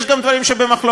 יש גם דברים שבמחלוקת,